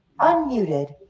Unmuted